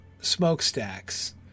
smokestacks